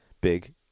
big